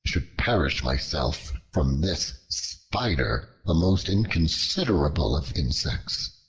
should perish myself from this spider, the most inconsiderable of insects!